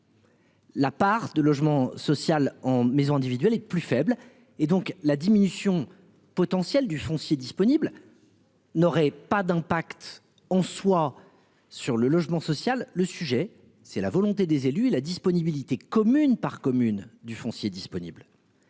La part de logement social en maison individuelle est plus faible et donc la diminution potentielle du foncier disponible. N'aurait pas d'impact, on soit sur le logement social, le sujet c'est la volonté des élus et la disponibilité, commune par commune du foncier disponible.